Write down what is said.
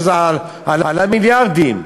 וזה עלה מיליארדים.